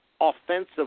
offensive